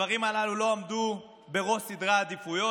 הדברים הללו לא עמדו בראש סדרי העדיפויות.